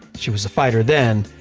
she was a fighter then,